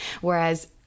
whereas